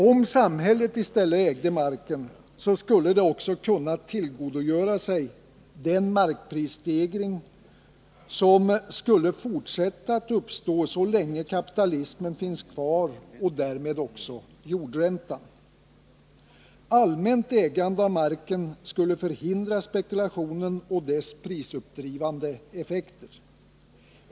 Om samhället i stället ägde marken, skulle det också kunna tillgodogöra sig den markprisstegring som skulle fortsätta att uppstå så länge kapitalismen finns kvar och därmed också jordräntan. Allmänt ägande av marken skulle förhindra spekulationen och dess prisuppdrivande effekter.